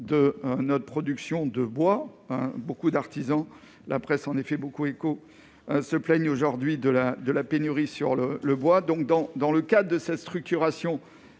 de notre production de bois beaucoup d'artisans, la presse en effet beaucoup écho se plaignent aujourd'hui de la de la pénurie sur le le bois, donc, dans, dans le cas de sa structuration